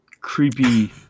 creepy